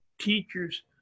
teachers